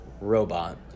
robot